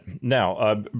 Now